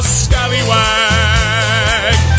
scallywag